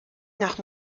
nach